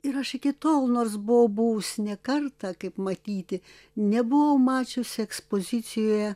ir aš iki tol nors buvau buvusi ne kartą kaip matyti nebuvau mačiusi ekspozicijoje